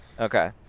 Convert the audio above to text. Okay